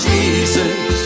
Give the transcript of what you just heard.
Jesus